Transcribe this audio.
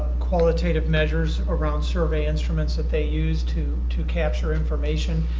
qualitative measures around survey instruments that they used to to capture information.